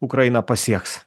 ukrainą pasieks